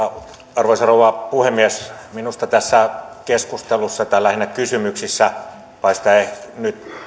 arvoisa rouva puhemies minusta tässä keskustelussa tai lähinnä kysymyksissä